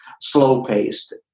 slow-paced